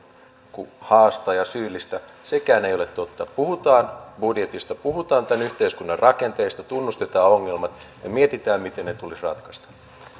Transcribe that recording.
kuin haastaa ja syyllistää sekään ei ole totta puhutaan budjetista puhutaan tämän yhteiskunnan rakenteista tunnustetaan ongelmat ja mietitään miten ne tulisi ratkaista